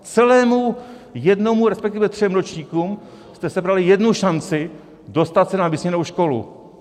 Celému jednomu, resp. třem ročníkům jste sebrali jednu šanci dostat se na vysněnou školu.